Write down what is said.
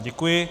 Děkuji.